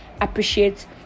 appreciate